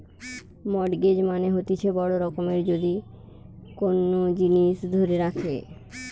mortgage মানে হতিছে বড় রকমের যদি কোন জিনিস ধরে রাখে